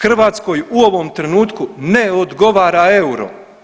Hrvatskoj u ovom trenutku ne odgovara euro.